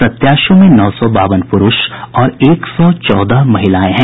प्रत्याशियों में नौ सौ बावन पुरूष और एक सौ चौदह महिलाएं हैं